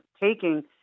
taking